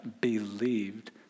believed